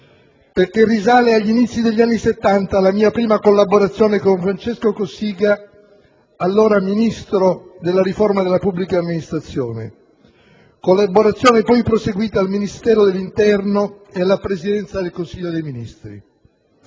perché risale agli inizi degli anni Settanta la mia prima collaborazione con Francesco Cossiga, allora ministro per la riforma della pubblica amministrazione; una collaborazione poi proseguita al Ministero dell'interno e alla Presidenza del Consiglio dei ministri.